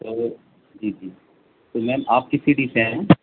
تو وہ جی جی تو میم آپ کس سٹی سے ہیں